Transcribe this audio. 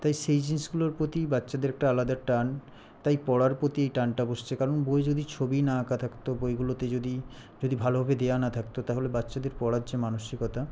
তাই সেই জিনিসগুলোর প্রতি বাচ্চাদের একটা আলাদা টান তাই পড়ার প্রতি এই টানটা বসছে কারণ বইয়ে যদি ছবি না আঁকা থাকতো বইগুলোতে যদি যদি ভালোভাবে দেওয়া না থাকতো তাহলে বাচ্চাদের পড়ার যে মানসিকতা